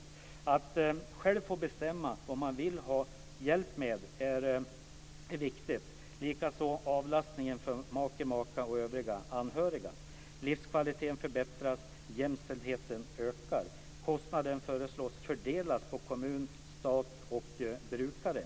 Det är viktigt att själv få bestämma vad man vill ha hjälp med och likaså med avlastning från make eller maka eller från övriga anhöriga. Livskvaliteten förbättras och jämställdheten ökar. Kostnaden föreslås fördelad mellan kommun, stat och brukare.